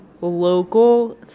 local